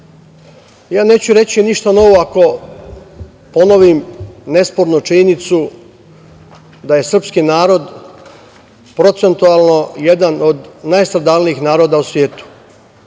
ja neću reći ništa novo ako ponovim nespornu činjenicu da je srpski narod procentualno jedan od najstradalnijih naroda u svetu.